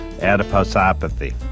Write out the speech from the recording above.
adiposopathy